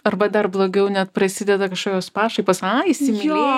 arba dar blogiau net prasideda kažkokios pašaipos ai įsimylėjai